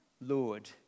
Lord